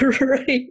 right